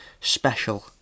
special